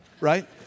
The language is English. right